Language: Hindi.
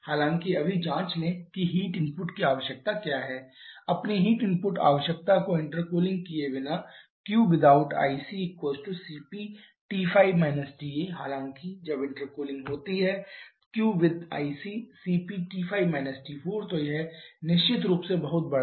हालाँकि अभी जाँच लें कि हीट इनपुट की आवश्यकता क्या है अपनी हीट इनपुट आवश्यकता को इंटरकूलिंग किए बिना qwithout ICcpT5 TA हालांकि जब इंटरकूलिंग होती है qwith ICcpT5 T4 तो यह निश्चित रूप से बहुत बड़ा है